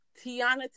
Tiana